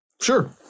Sure